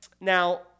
Now